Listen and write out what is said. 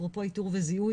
אפרופו איתור וזיהוי,